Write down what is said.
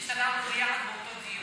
השתתפנו ביחד באותו דיון.